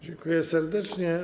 Dziękuję serdecznie.